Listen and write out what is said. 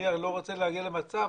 אני לא רוצה להגיע למצב